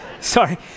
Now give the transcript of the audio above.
sorry